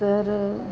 तर